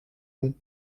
bon